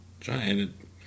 giant